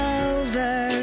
over